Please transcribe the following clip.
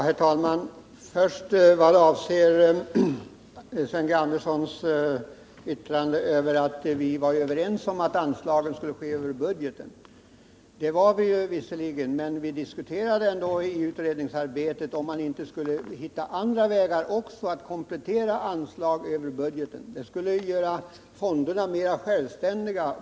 Herr talman! Sven G. Andersson säger att vi var överens om att anslagen skulle gå över budgeten. Det var vi visserligen, men vi diskuterade ändå i utredningsarbetet om man inte också skulle hitta andra vägar varigenom man kunde komplettera anslag över budgeten. Det skulle göra fonderna mer självständiga.